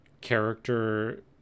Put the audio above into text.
character